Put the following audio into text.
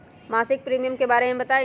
मासिक प्रीमियम के बारे मे बताई?